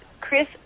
Chris